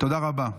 תודה רבה.